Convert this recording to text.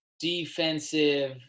defensive